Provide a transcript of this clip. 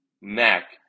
Mac